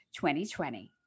2020